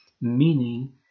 meaning